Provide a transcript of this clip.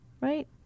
right